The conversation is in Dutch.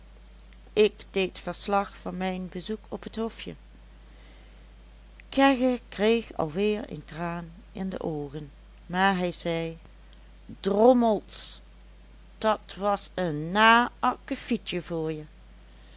ik deed verslag van mijn bezoek op t hofje kegge kreeg alweer een traan in de oogen maar hij zei drommels dat was een naar akkevietje voor je